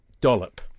dollop